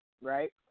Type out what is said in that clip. right